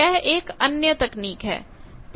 यह एक अन्य तकनीक है